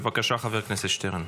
בבקשה, חבר הכנסת שטרן.